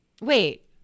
Wait